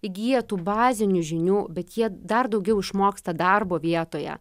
įgija tų bazinių žinių bet jie dar daugiau išmoksta darbo vietoje